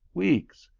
weeks,